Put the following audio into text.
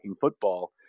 football